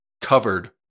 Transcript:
covered